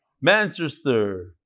Manchester